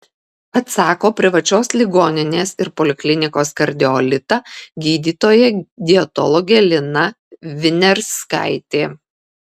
atsako privačios ligoninės ir poliklinikos kardiolita gydytoja dietologė lina viniarskaitė